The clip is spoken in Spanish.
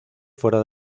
fuera